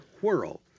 Whirl